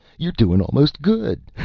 you're doin' almost good.